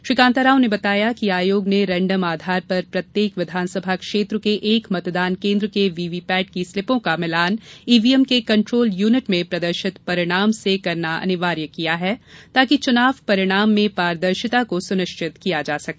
श्री कांताराव ने बताया कि आयोग ने रेण्डम आधार पर प्रत्येक विधानसभा क्षेत्र के एक मतदान केन्द्र के वीवीपैट की स्लिपों का मिलान ईवीएम के कन्ट्रोल यूनिट में प्रदर्शित परिणाम से करना अनिवार्य किया है ताकि चुनाव परिणाम में पारदर्शिता को सुनिश्चित किया जा सके